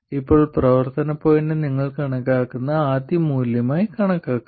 ഇപ്പോൾ പ്രവർത്തന പോയിന്റ് നിങ്ങൾ കണക്കാക്കുന്ന ആദ്യ മൂല്യമായി കണക്കാക്കാം